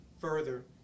further